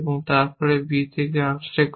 তারপর আপনি b থেকে একটি আনস্ট্যাক করুন